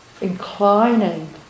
inclining